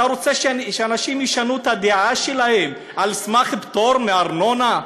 אתה רוצה שאנשים ישנו את הדעה שלהם על סמך פטור מארנונה?